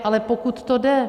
Ale pokud to jde.